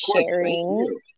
sharing